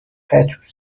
پتوهست